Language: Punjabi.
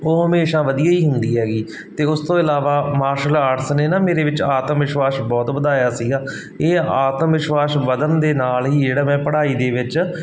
ਉਹ ਹਮੇਸ਼ਾ ਵਧੀਆ ਹੀ ਹੁੰਦੀ ਹੈਗੀ ਅਤੇ ਉਸ ਤੋਂ ਇਲਾਵਾ ਮਾਰਸ਼ਲ ਆਰਟਸ ਨੇ ਨਾ ਮੇਰੇ ਵਿੱਚ ਆਤਮ ਵਿਸ਼ਵਾਸ਼ ਬਹੁਤ ਵਧਾਇਆ ਸੀਗਾ ਇਹ ਆਤਮ ਵਿਸ਼ਵਾਸ ਵਧਣ ਦੇ ਨਾਲ ਹੀ ਜਿਹੜਾ ਮੈਂ ਪੜ੍ਹਾਈ ਦੇ ਵਿੱਚ